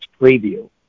preview